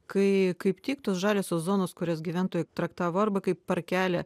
kai kaip tik tos žaliosios zonos kurias gyventojai traktavo arba kaip parkelį